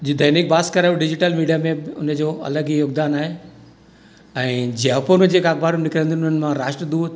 जीअं दैनिक भास्कर ऐं digital media में हुनजो अलॻि ई योगदानु आहे ऐं जयपुर में जेका अख़बार निकिरींदियूं आहिनि उन मां राष्ट्रदूत